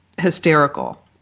hysterical